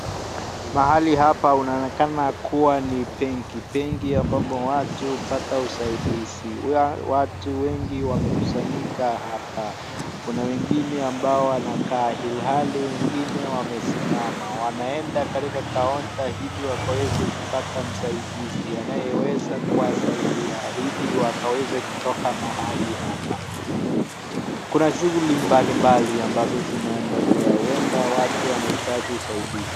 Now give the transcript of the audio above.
Mahali hapa inaoneka kuwa ni benki benki ambapo watu hupata usaidizi. Watu wengi wamekusanyika hapa kuna wengine ambao wamekaa ilhali wengine wamesimama wanaenda katika kaunta ili wakaweze kupata msaidizi anayeweza kuwasaidia ili wakaweze kutoka mahali hapa kuna shughuli mbali mbali ambazo zinaendelea huenda watu wanahitaji usaidizi.